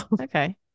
Okay